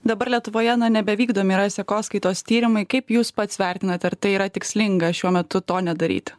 dabar lietuvoje na nebevykdomi yra sekoskaitos tyrimai kaip jūs pats vertinate ar tai yra tikslinga šiuo metu to nedaryti